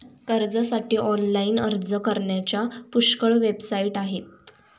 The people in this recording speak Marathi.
कर्जासाठी ऑनलाइन अर्ज करण्याच्या पुष्कळ वेबसाइट आहेत